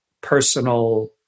personal